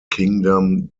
kingdom